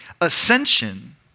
Ascension